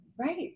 Right